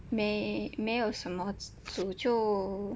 没没有什么煮就